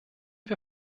wir